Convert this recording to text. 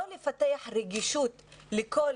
לא לפתח רגישות לכל